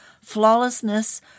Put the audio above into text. flawlessness